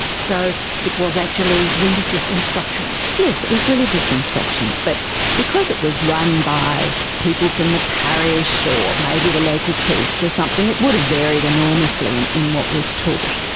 so it was actually religious instruction. yes, it was religious instruction. but because it was run by people from the parish or maybe the local priest or something, it would have varied enormously and in what was taught.